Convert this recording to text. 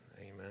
Amen